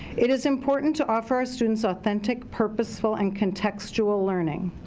it is important to offer our students, authentic, purposeful and contextual learning.